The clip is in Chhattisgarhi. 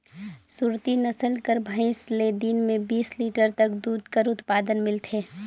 सुरती नसल कर भंइस ले दिन में बीस लीटर तक दूद कर उत्पादन मिलथे